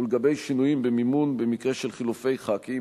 ולגבי שינויים במימון במקרה של חילופי חברי כנסת,